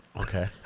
Okay